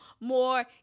more